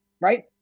right